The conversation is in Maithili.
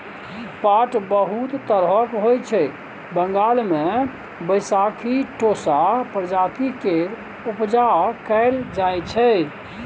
पाट बहुत तरहक होइ छै बंगाल मे बैशाखी टोसा प्रजाति केर उपजा कएल जाइ छै